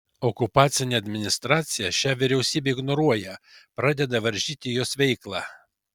okupacinė administracija šią vyriausybę ignoruoja pradeda varžyti jos veiklą